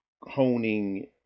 honing